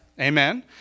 Amen